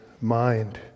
mind